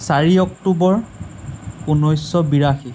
চাৰি অক্টোবৰ ঊনৈছশ বিয়াশী